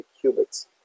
cubits